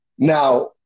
Now